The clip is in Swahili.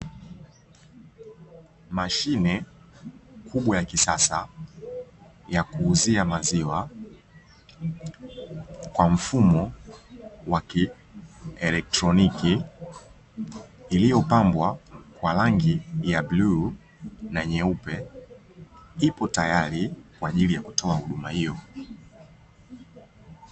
Mashine kubwa ya kisasa ya kuuzia maziwa kwa mfumo wa kielektroniki, iliyopambwa kwa rangi ya bluu na nyeupe ipo tayari kwa ajili ya kutoa huduma hiyo.